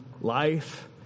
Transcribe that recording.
life